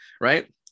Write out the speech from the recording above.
right